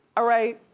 ah right,